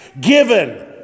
Given